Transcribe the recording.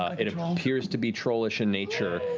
ah it and um appears to be trollish in nature.